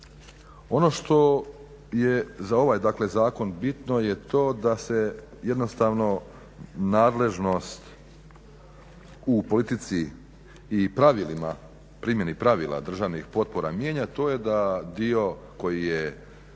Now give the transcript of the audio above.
Ono što je za ovaj dakle zakon bitno je to da se jednostavno nadležnost u politici i pravilima primjeni pravila državnih potpora mijenja to je da dio kojim je